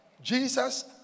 Jesus